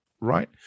right